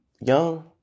young